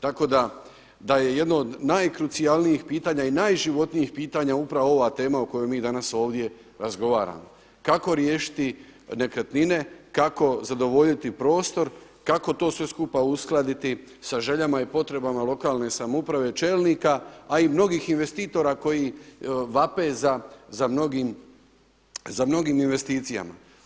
Tako da je jedno od najkrucijalnijih pitanja i najživotnijih pitanja upravo ova tema o kojoj mi danas ovdje razgovaramo kako riješiti nekretnine, kako zadovoljiti prostor, kako to sve skupa uskladiti sa željama i potrebama lokalne samouprave i čelnika a i mnogih investitora koji vape za mnogim investicijama.